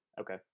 Okay